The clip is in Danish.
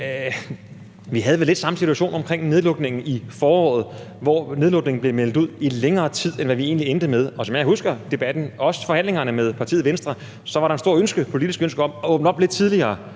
vi havde lidt samme situation omkring nedlukningen i foråret, hvor der blev meldt nedlukning ud i længere tid, end hvad vi egentlig endte med. Som jeg husker debatten, også i forhandlingerne med partiet Venstre, var der et stort politisk ønske om at åbne op lidt tidligere,